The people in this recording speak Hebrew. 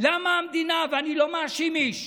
למה המדינה, ואני לא מאשים איש,